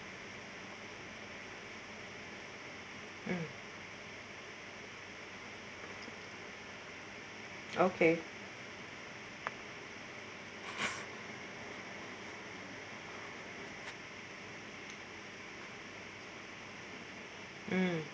mm okay mm